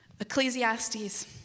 Ecclesiastes